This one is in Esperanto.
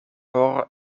por